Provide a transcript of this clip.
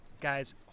guy's